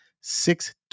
six